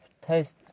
taste